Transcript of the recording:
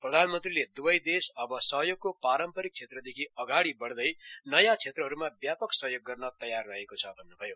प्रधानमन्त्रीले द्वैदेश अव सहयोगको पारम्परिक क्षेत्र देखि अधाड़ि वड़दै नयाँ क्षेत्रहरूमा व्यापक सहयोग गरन तयार रहेको छ भन्न्भयो